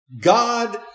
God